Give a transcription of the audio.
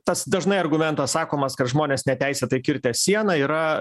tas dažnai argumentas sakomas kad žmonės neteisėtai kirtę sieną yra